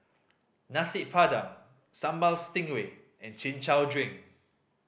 Nasi Padang Sambal Stingray and Chin Chow drink